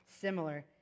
similar